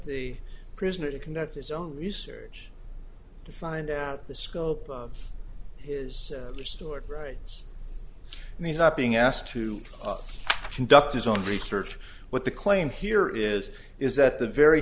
the prisoner to conduct his own research to find out the scope of his restored rights and he's not being asked to conduct his own research what the claim here is is that the very